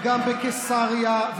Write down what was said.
וגם בקיסריה,